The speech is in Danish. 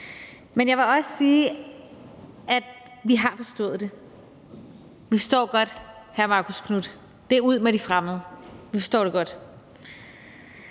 Men jeg vil også sige, at vi har forstået det. Vi forstår godt hr. Marcus Knuth: Det er ud med de fremmede. Vi forstår det godt.